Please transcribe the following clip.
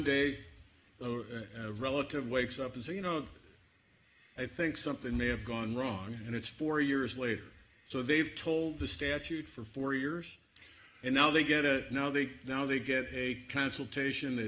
day relative wakes up and say you know i think something may have gone wrong and it's four years later so they've told the statute for four years and now they get to know they now they get a consultation that